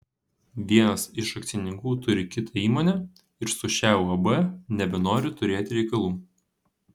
vienas iš akcininkų turi kitą įmonę ir su šia uab nebenori turėti reikalų